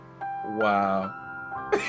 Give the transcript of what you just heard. wow